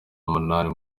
umunani